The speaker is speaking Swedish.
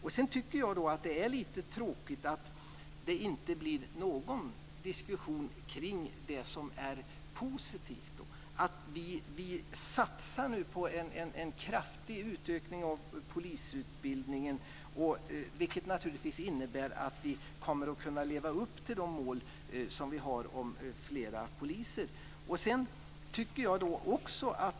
Jag tycker att det är lite tråkigt att det inte blir någon diskussion kring det som är positivt, nämligen att vi satsar på en kraftig utökning av polisutbildningen, vilket innebär att vi kommer att kunna leva upp till målet om fler poliser.